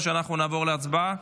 או שאנחנו נעבור להצבעה?